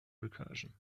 recursion